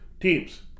teams